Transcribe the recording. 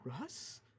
Russ